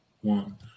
one